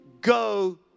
go